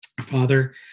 Father